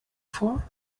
vor